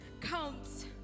comes